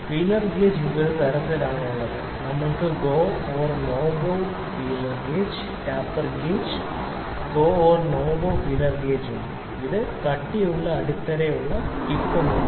feeler gauge വിവിധ തരത്തിലുള്ളവയാണ് നമ്മൾക്ക് GO NO GO gauge tapered gauge GO NO GO feeler gauge ഉണ്ട് ഇതിന് കട്ടിയുള്ള അടിത്തറയും നേർത്ത ടിപ്പും ഉണ്ട്